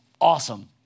awesome